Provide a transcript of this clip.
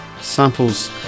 samples